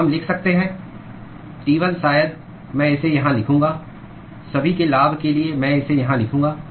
तो हम लिख सकते हैं T1 शायद मैं इसे यहां लिखूंगा सभी के लाभ के लिए मैं इसे यहां लिखूंगा